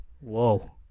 Whoa